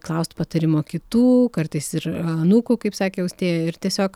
klaust patarimo kitų kartais ir anūkų kaip sakė austėja ir tiesiog